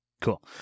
Cool